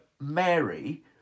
Mary